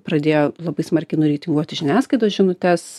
pradėjo labai smarkiai nureitinguoti žiniasklaidos žinutes